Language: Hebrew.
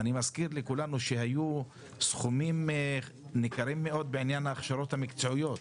אני מזכיר לכולנו שהיו סכומים ניכרים מאוד בעניין ההכשרות המקצועיות,